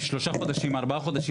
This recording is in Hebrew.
שלושה חודשים-ארבעה חודשים,